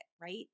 right